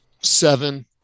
seven